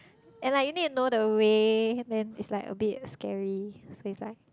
and like you need to know the way then it's like a bit scary so it's like